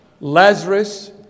Lazarus